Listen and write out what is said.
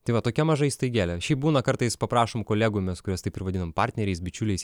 tai va tokia maža įstaigėlė šiaip būna kartais paprašom kolegų mes kuriuos taip ir vadinam partneriais bičiuliais